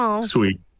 sweet